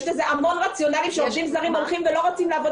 יש לזה המון רציונאלים שעובדים זרים הולכים ולא רוצים לעבוד